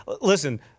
Listen